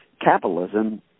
capitalism